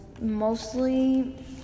Mostly